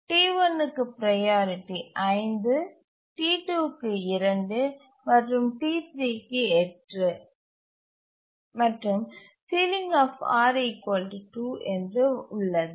T1 க்கு priority 5 T2 க்கு 2 மற்றும் T3 க்கு 8 மற்றும் என்று உள்ளது